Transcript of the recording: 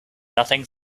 nothing